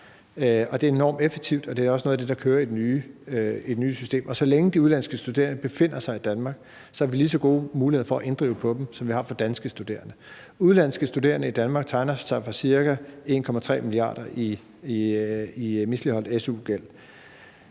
Det er enormt effektivt, og det er også noget af det, der kører i det nye system. Så længe de udenlandske studerende befinder sig i Danmark, har vi lige så gode muligheder for at inddrive hos dem, som vi har hos danske studerende. Udenlandske studerende i Danmark tegner sig for ca. 1,3 mia. kr. i misligholdt su-gæld.